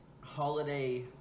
Holiday